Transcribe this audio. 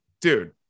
dude